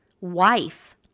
wife